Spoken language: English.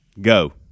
Go